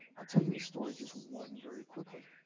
i'll tell you the story of just one very quickly.